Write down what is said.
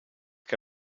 que